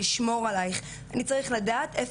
אני צריך לדעת ולהגיע אליך בדיוק.